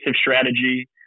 strategy